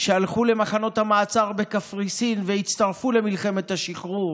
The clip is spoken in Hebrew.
שהלכו למחנות המעצר בקפריסין והצטרפו למלחמת השחרור,